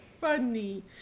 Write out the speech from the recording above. funny